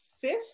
fifth